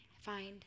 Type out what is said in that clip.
find